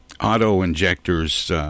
auto-injectors